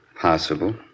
Possible